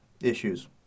issues